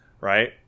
Right